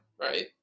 Right